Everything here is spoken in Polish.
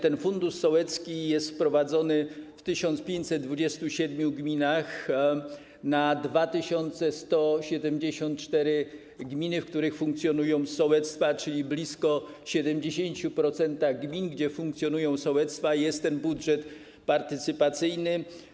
Ten fundusz sołecki został wprowadzony w 1527 gminach na 2174 gminy, w których funkcjonują sołectwa, czyli w blisko 70% gmin, gdzie funkcjonują sołectwa, jest ten budżet partycypacyjny.